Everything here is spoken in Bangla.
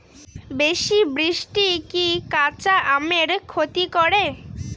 বেশি বৃষ্টি কি কাঁচা আমের ক্ষতি করে?